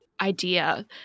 idea